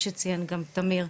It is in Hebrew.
כפי שציין גם תמיר,